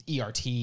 ERT